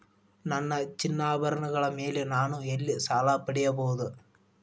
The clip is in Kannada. ನನ್ನ ಚಿನ್ನಾಭರಣಗಳ ಮೇಲೆ ನಾನು ಎಲ್ಲಿ ಸಾಲ ಪಡೆಯಬಹುದು?